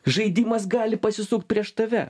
žaidimas gali pasisukt prieš tave